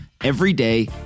everyday